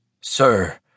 Sir